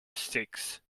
sticks